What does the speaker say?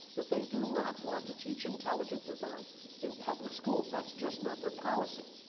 that they do not want to teach intelligent design in public schools. that's just not their policy.